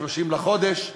ב-30 בחודש,